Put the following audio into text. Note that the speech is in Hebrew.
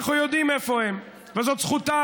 אנחנו יודעים איפה הם, וזו זכותם.